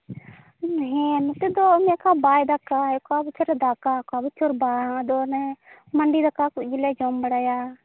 ᱦᱮᱸ ᱱᱚᱛᱮᱫᱚ ᱚᱱᱮ ᱚᱱᱠᱟ ᱵᱟᱭ ᱫᱟᱜᱟ ᱚᱠᱟ ᱵᱚᱪᱷᱚᱨᱮ ᱫᱟᱜᱟ ᱚᱠᱟ ᱵᱚᱪᱷᱚᱨ ᱵᱟᱝ ᱚᱫᱚ ᱚᱱᱮ ᱢᱟᱺᱰᱤ ᱫᱟᱠᱟ ᱠᱚᱜᱮᱞᱮ ᱡᱚᱢ ᱵᱟᱲᱟᱭᱟ